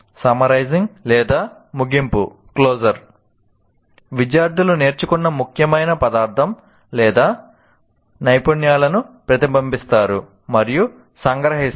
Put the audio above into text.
summarising లేదా ముగింపు విద్యార్థులు నేర్చుకున్న ముఖ్యమైన పదార్థం లేదా నైపుణ్యాలను ప్రతిబింబిస్తారు మరియు సంగ్రహిస్తారు